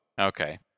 Okay